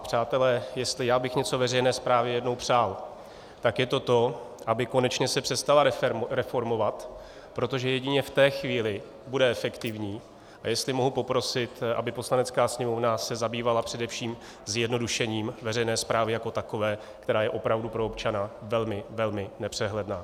Přátelé, jestli já bych něco veřejné správě jednou přál, tak je to to, aby se konečně přestala reformovat, protože jedině v té chvíli bude efektivní, a jestli mohu poprosit, aby Poslanecká sněmovna se zabývala především zjednodušením veřejné správy jako takové, která je opravdu pro občana velmi, velmi nepřehledná.